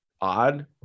odd